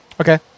Okay